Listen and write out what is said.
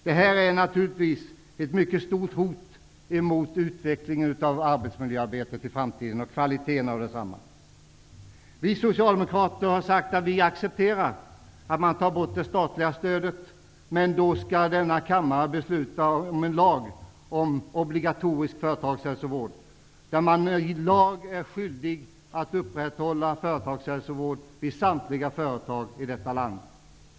Detta är naturligtvis ett mycket stort hot mot utvecklingen av arbetsmiljöarbetet i framtiden och kvaliteten på detsamma. Vi socialdemokrater har sagt att vi accepterar att man tar bort det statliga stödet. Men då skall denna kammare besluta om en lag om obligatorisk företagshälsovård, dvs. att man enligt lag är skyldig att upprätthålla företagshälsovård vid samtliga företag i detta land.